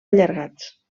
allargats